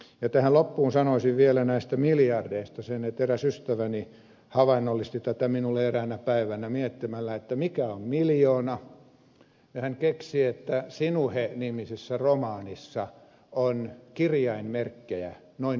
ja tähän loppuun sanoisin vielä näistä miljardeista sen että eräs ystäväni havainnollisti tätä minulle eräänä päivänä miettimällä mikä on miljoona ja hän keksi että sinuhe nimisessä romaanissa on kirjainmerkkejä noin miljoona kappaletta